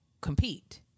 compete